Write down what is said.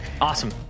Awesome